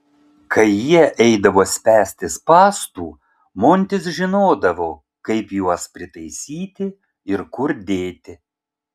kai jie eidavo spęsti spąstų montis žinodavo kaip juos pritaisyti ir kur dėti